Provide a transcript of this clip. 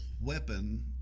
weapon